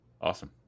awesome